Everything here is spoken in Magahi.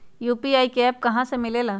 यू.पी.आई का एप्प कहा से मिलेला?